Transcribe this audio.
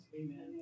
Amen